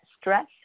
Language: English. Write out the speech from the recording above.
stress